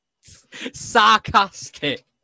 sarcastic